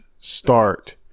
start